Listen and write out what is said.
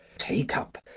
take up!